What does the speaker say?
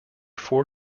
four